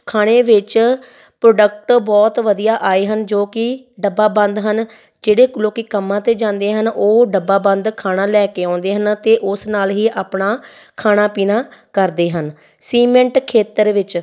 ਖਾਣੇ ਵਿੱਚ ਪ੍ਰੋਡਕਟ ਬਹੁਤ ਵਧੀਆ ਆਏ ਹਨ ਜੋ ਕਿ ਡੱਬਾ ਬੰਦ ਹਨ ਜਿਹੜੇ ਲੋਕ ਕੰਮਾਂ 'ਤੇ ਜਾਂਦੇ ਹਨ ਉਹ ਡੱਬਾ ਬੰਦ ਖਾਣਾ ਲੈ ਕੇ ਆਉਂਦੇ ਹਨ ਅਤੇ ਉਸ ਨਾਲ ਹੀ ਆਪਣਾ ਖਾਣਾ ਪੀਣਾ ਕਰਦੇ ਹਨ ਸੀਮੇਂਟ ਖੇਤਰ ਵਿੱਚ